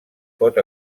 pot